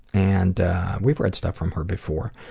and we've read stuff from her before.